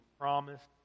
promised